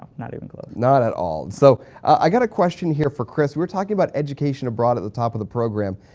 not even close. not at all. and so i got a question here for chris. we were talking about education abroad at the top of the program.